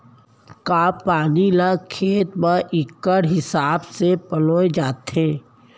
का पानी ला खेत म इक्कड़ हिसाब से पलोय जाथे?